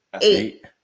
Eight